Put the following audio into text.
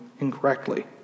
incorrectly